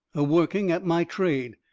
a-working at my trade,